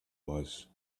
was